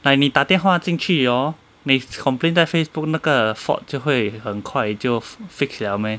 like 你打电话进去 hor 你 complain 在 Facebook 那个 fault 就会很快就 fix 了 meh